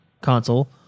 console